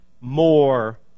more